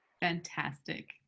Fantastic